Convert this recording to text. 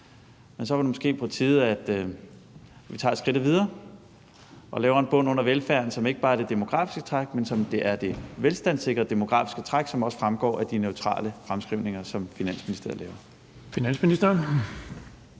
men at det måske så var på tide, at vi tager skidtet videre og laver en bund under velfærden, som ikke bare er det demografiske træk, men som er det velstandssikrede demografiske træk, som også fremgår af de neutrale fremskrivninger, som Finansministeriet laver.